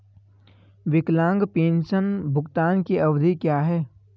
विकलांग पेंशन भुगतान की अवधि क्या है?